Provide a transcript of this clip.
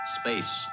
Space